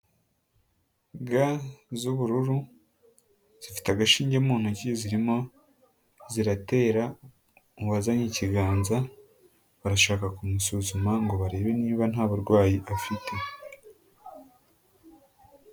Ga z'ubururu, zifite agashinge mu ntoki, zirimo ziratera uwazanye ikiganza, barashaka kumusuzuma ngo barebe niba nta burwayi afite.